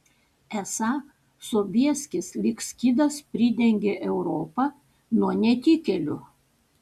esą sobieskis lyg skydas pridengė europą nuo netikėlių